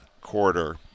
quarter